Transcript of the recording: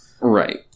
Right